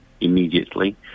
immediately